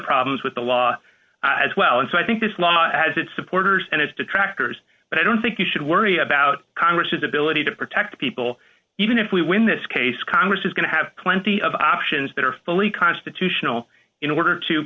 problems with the law as well and so i think this law has its supporters and its detractors but i don't think you should worry about congress ability to protect people even if we win this case congress is going to have plenty of options that are fully constitutional in order to